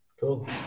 Cool